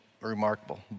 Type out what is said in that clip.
remarkable